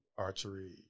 archery